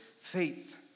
faith